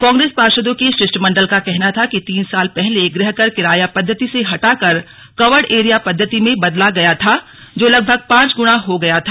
कांग्रेस पार्षदों के शिष्टमंडल का कहना था कि तीन साल पहले गृहकर किराया पद्धति से हटाकर कवर्ड एरिया पद्धति में बदला गया था जो लगभग पांच गुणा हो गया था